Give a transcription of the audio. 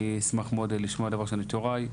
אני אשמח מאוד לשמוע דבר ראשון את יוראי,